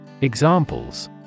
Examples